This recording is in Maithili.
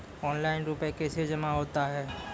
ऑनलाइन रुपये कैसे जमा होता हैं?